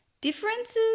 differences